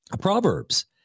Proverbs